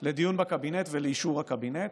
לדיון בקבינט ולאישור בקבינט.